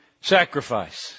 sacrifice